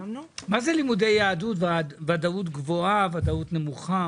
מה זה לימודי יהדות, ודאות גבוהה, ודאות נמוכה?